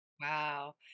Wow